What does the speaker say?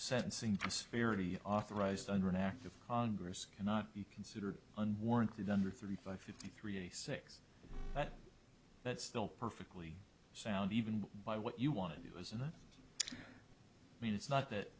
sentencing spirity authorized under an act of congress cannot be considered unwarranted under thirty five fifty three eighty six but still perfectly sound even by what you wanted it was and that i mean it's not that